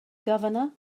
governor